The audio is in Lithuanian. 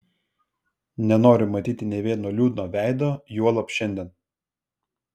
nenoriu matyti nė vieno liūdno veido juolab šiandien